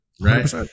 Right